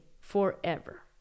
forever